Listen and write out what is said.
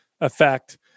effect